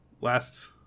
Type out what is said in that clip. last